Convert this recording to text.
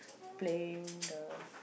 playing the